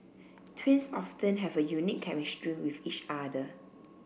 twins often have a unique chemistry with each other